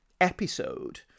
episode